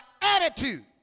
attitude